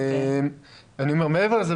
מעבר לזה,